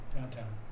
Downtown